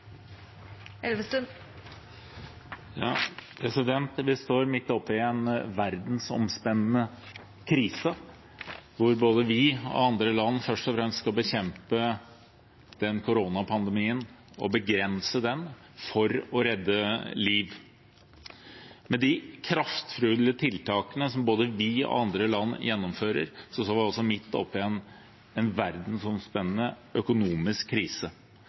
dem kommer vi til å trenge også framover. Vi står midt oppe i en verdensomspennende krise, der både vi og andre land først og fremst skal bekjempe koronapandemien og begrense den for å redde liv. Med de kraftfulle tiltakene som både vi og andre land gjennomfører, står vi midt oppe i en verdensomspennende økonomisk krise.